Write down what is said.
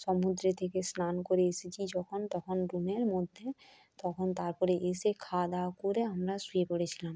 সমুদ্রে থেকে স্নান করে এসেছি যখন তখন রুমের মধ্যে তখন তারপরে এসে খাওয়া দাওয়া করে আমরা শুয়ে পড়েছিলাম